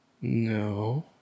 No